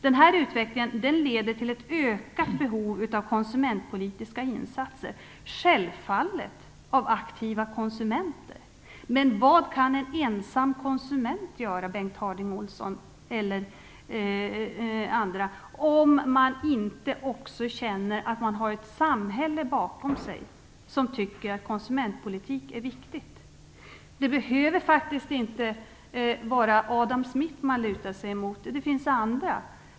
Den här utvecklingen leder till ett ökat behov av konsumentpolitiska insatser - självfallet också från aktiva konsumenter, men vad kan en ensam konsument göra, Bengt Harding Olson och andra, om han inte känner att han bakom sig har ett samhälle som tycker att konsumentpolitik är viktig? Man behöver faktiskt inte luta sig mot Adam Smith, utan det finns också andra.